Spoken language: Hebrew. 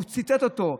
הוא ציטט אותו.